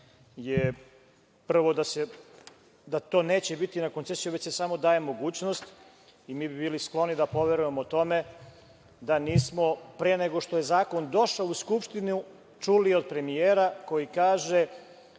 prvo, da to neće biti na koncesiju, već se samo daje mogućnost. Mi bi bili skloni da poverujemo tome da nismo, pre nego što je zakon došao u Skupštinu, čuli od premijera koji kaže,